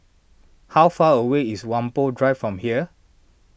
how far away is Whampoa Drive from here